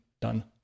done